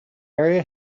area